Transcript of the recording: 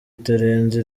itarenze